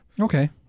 Okay